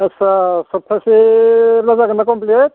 आच्छा सबथासेब्ला जागोन ना कमप्लिट